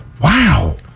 wow